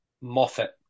Moffat